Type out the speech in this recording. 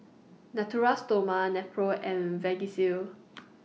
Natura Stoma Nepro and Vagisil